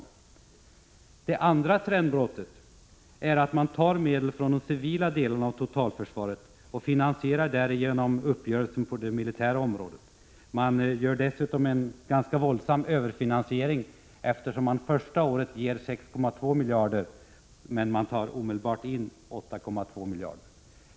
För det andra tar man medel från de civila delarna av totalförsvaret och finansierar därigenom uppgörelsen på det militära området. Man gör dessutom en ganska våldsam överfinansiering. Första året ger man 6,2 miljarder, men man tar omedelbart in 8,2 miljarder.